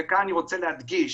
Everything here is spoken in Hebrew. כאן אני רוצה להדגיש,